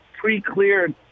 pre-cleared